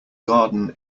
garden